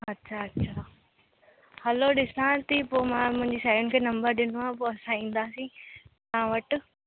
अच्छा अच्छा हलो ॾिसा थी पोइ मां मुंहिंजी साहेड़ियुनि खे नंबर ॾिनो आहे पोइ असां ईंदासीं तव्हां वटि